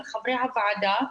חברי הוועדה.